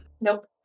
Nope